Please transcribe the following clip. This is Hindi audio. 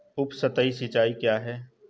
उपसतही सिंचाई क्या है?